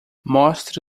mostre